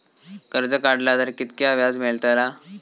कर्ज काडला तर कीतक्या व्याज मेळतला?